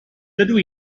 dydw